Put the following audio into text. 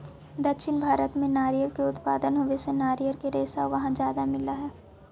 दक्षिण भारत में नारियर के उत्पादन होवे से नारियर के रेशा वहाँ ज्यादा मिलऽ हई